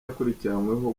akurikiranyweho